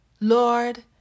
Lord